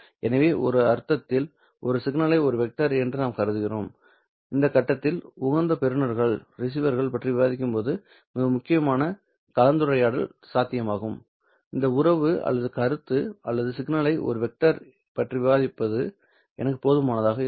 எனவே ஒரு அர்த்தத்தில் ஒரு சிக்னலை ஒரு வெக்டர் என்று நாம் கருதுகிறோம் இந்த கட்டத்தில் உகந்த பெறுநர்களைப் பற்றி விவாதிக்கும்போது மிக முக்கியமான கலந்துரையாடல் சாத்தியமாகும் இந்த உறவு அல்லது கருத்து அல்லது சிக்னலை ஒரு வெக்டர் பற்றி விவாதிப்பது எனக்கு போதுமானதாக இருக்கும்